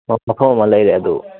plot ꯃꯐꯝ ꯑꯃ ꯂꯩꯔꯦ ꯑꯗꯨ